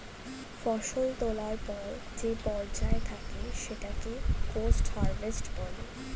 ফসল তোলার পর যে পর্যায় থাকে সেটাকে পোস্ট হারভেস্ট বলে